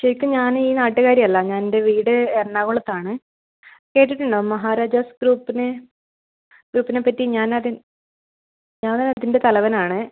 ശരിക്കും ഞാൻ ഈ നാട്ടുകാരിയല്ല ഞാൻ എൻ്റെ വീട് എറണാകുളത്താണ് കേട്ടിട്ടുണ്ടോ മഹാരാജാസ് ട്രൂപ്പിനെ ട്രൂപ്പിനെപ്പറ്റി ഞാനതിൻ്റെ തലവനാണ്